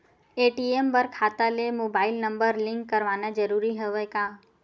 ATM बर खाता ले मुबाइल नम्बर लिंक करवाना ज़रूरी हवय का?